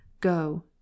go